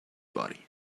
body